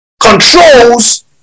controls